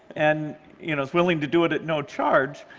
and you know is willing to do it at no charge,